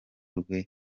rwe